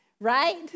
right